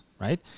right